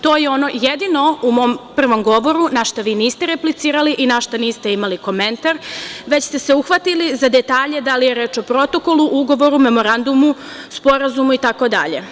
To je ono jedino u mom prvom govoru, na šta vi niste replicirali i na šta niste imali komentar, već ste se uhvatili za detalje da li je reč o protokolu, ugovoru, memorandumu, sporazumu itd.